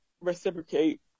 reciprocate